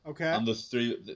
Okay